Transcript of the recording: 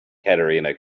katerina